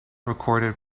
recorded